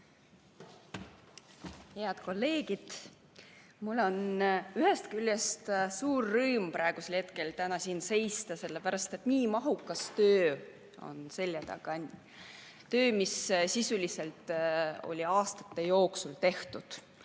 Head kolleegid! Mul on ühest küljest suur rõõm praegusel hetkel siin seista, sellepärast et nii mahukas töö on seljataga. See on töö, mida sisuliselt on aastate jooksul tehtud,